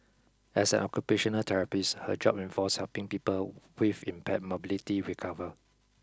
as an occupational therapist her job involves helping people with impaired mobility recover